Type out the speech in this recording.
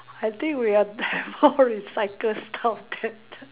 I think we have more recycle stuff